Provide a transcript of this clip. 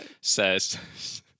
says